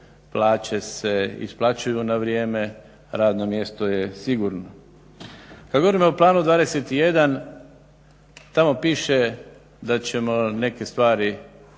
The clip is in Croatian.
plaće se isplaćuju na vrijeme, radno mjesto je sigurno. Kada govorimo o planu 21 tamo piše da ćemo neke stvari odrediti